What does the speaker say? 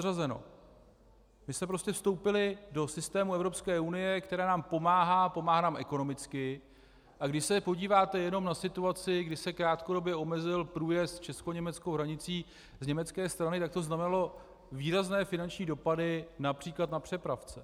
My jsme prostě vstoupili do systému Evropské unie, která nám pomáhá, pomáhá nám ekonomicky, a když se podíváte jenom na situaci, když se krátkodobě omezil průjezd českoněmeckou hranicí z německé strany, tak to znamenalo výrazné finanční dopady například na přepravce.